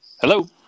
hello